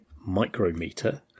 micrometer